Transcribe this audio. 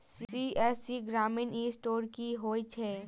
CSC ग्रामीण e store की होइ छै?